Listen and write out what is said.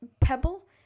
pebble